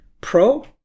Pro